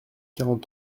quarante